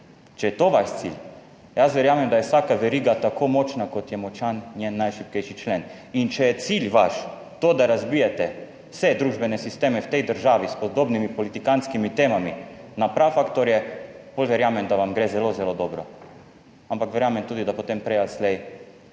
če je to vaš cilj, jaz verjamem, da je vsaka veriga tako močna kot je močan njen najšibkejši člen. In če je cilj vaš to, da razbijete vse družbene sisteme v tej državi s podobnimi politikantskimi temami na prafaktorje, potem verjamem, da vam gre zelo zelo dobro. Ampak verjamem tudi, da potem prej ali